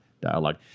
dialogue